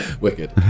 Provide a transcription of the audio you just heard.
Wicked